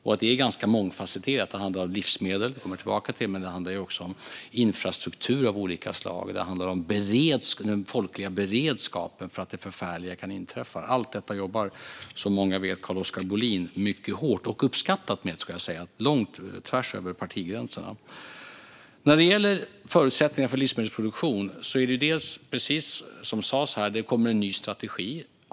Detta är ganska mångfasetterat; det handlar om livsmedel, vilket jag kommer tillbaka till, men det handlar också om infrastruktur av olika slag och om den folkliga beredskapen för att det förfärliga kan inträffa. Allt detta jobbar, som många vet, Carl-Oskar Bohlin mycket hårt med - och det är uppskattat, ska jag säga, tvärs över partigränserna. När det gäller förutsättningarna för livsmedelsproduktion är det precis som sades här så att det kommer en ny strategi.